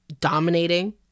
dominating